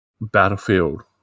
Battlefield